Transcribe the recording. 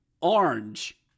orange